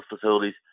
facilities